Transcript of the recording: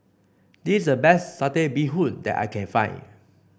this is the best Satay Bee Hoon that I can find